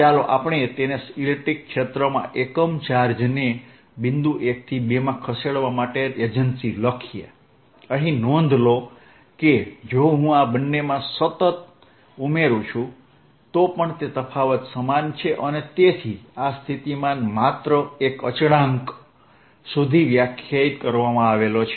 ચાલો આપણે તેને ઇલેક્ટ્રિક ક્ષેત્રમાં એકમ ચાર્જને બિંદુ 1 થી 2 માં ખસેડવા માટે એજન્સી લખીએ અહીં નોંધ લો કે જો હું આ બંનેમાં સતત ઉમેરું છું તો પણ તે તફાવત સમાન છે અને તેથી આ સ્થિતિમાન માત્ર એક અચળાંક સુધી વ્યાખ્યાયિત કરવામાં આવેલ છે